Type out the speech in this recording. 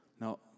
Now